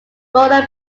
roland